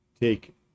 take